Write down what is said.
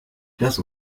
das